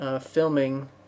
filming